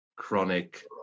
Chronic